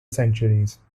centuries